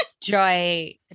Joy